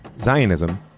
Zionism